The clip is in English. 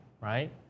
right